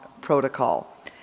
protocol